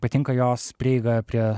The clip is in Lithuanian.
patinka jos prieiga prie